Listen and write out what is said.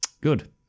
good